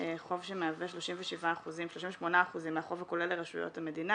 חוב שמהווה 38% מהחוב הכולל לרשויות המדינה.